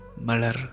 Malar